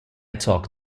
talk